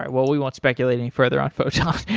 well, we won't speculate any further on photon.